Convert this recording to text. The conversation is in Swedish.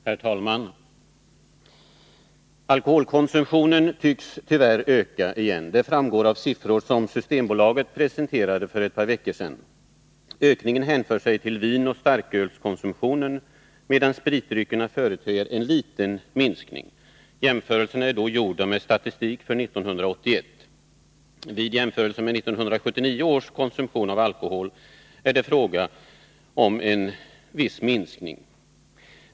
Herr talman! Alkoholkonsumtionen tycks tyvärr öka igen. Det framgår av siffror som Systembolaget presenterade för ett par veckor sedan. Ökningen hänför sig till vinoch starkölskonsumtionen, medan spritdryckerna företer en liten minskning. Jämförelserna är då gjorda med statistik för 1981. Vid jämförelse med 1979 års konsumtion av alkohol är det fråga om en viss minskning.